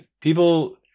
people